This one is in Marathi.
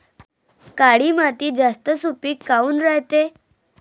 काळी माती जास्त सुपीक काऊन रायते?